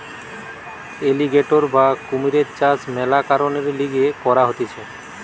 alligator বা কুমিরের চাষ মেলা কারণের লিগে করা হতিছে